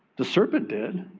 the serpent did,